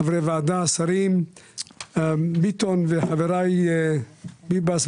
חברי ועדה, השר ביטון, חברי ביבס.